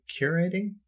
curating